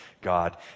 God